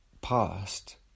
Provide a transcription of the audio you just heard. past